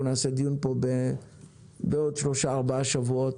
אנחנו נערוך כאן דיון בעוד שלושה ארבעה שבועות,